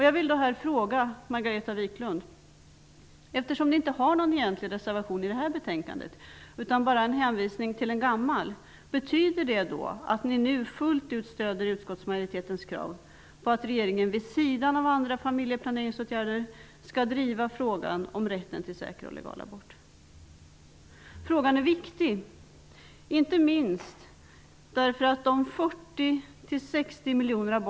Jag vill därför fråga Margareta Viklund om det betyder att kds nu fullt ut stöder utskottsmajoritetens krav på att regeringen vid sidan av andra familjeplaneringsåtgärder skall driva frågan om rätten till en säker och legal abort. Kds har ju inte någon egentlig reservation i detta betänkande; det hänvisas bara till en gammal.